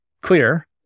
clear